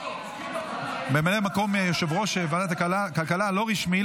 ממלא מקום יושב-ראש ועדת הכלכלה הלא-רשמי,